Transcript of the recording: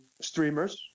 streamers